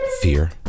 fear